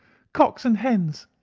cocks and hens,